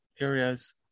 areas